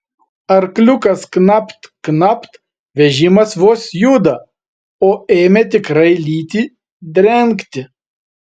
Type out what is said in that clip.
arkliukas knapt knapt vežimas vos juda o ėmė tikrai lyti drengti